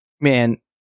man